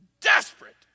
desperate